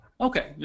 Okay